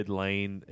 lane